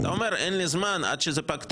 אתה אומר: אין לי זמן, עד שזה פג תוקף.